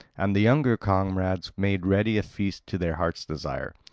and the younger comrades made ready a feast to their hearts' desire.